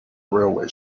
railway